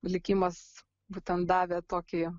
likimas būtent davė tokį